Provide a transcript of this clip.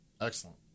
excellent